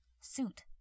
Suit